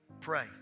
pray